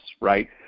right